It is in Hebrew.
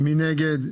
מי נגד?